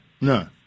No